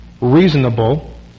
reasonable